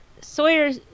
Sawyer